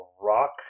rock